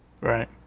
Right